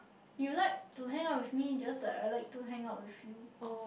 you like to hang out with me just like I like to hang out with you